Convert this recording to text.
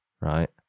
right